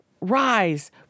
rise